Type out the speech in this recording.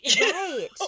Right